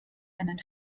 einen